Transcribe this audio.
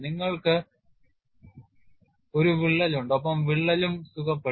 നിങ്ങൾക്ക് ഒരു വിള്ളൽ ഉണ്ട് ഒപ്പം വിള്ളലും സുഖപ്പെടും